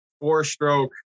four-stroke